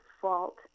fault